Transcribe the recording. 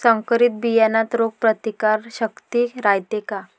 संकरित बियान्यात रोग प्रतिकारशक्ती रायते का?